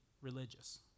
religious